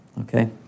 okay